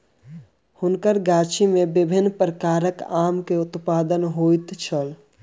हुनकर गाछी में विभिन्न प्रकारक आम के उत्पादन होइत छल